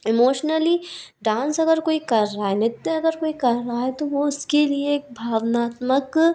emotionally dance अगर कोई कर रहा है नृत्य अगर कोई कर रहा है तो वो उसके लिए एक भावनात्मक